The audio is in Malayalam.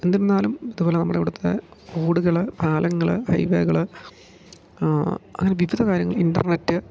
എന്തിരുന്നാലും ഇതുപോലെ നമ്മുടെ ഇവിടത്തെ റോഡുകൾ പാലങ്ങൾ ഹൈവേകൾ അങ്ങനെ വിവിധ കാര്യങ്ങൾ ഇൻറ്റർനെറ്റ്